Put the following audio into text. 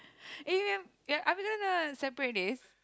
eh ya are are we gonna separate this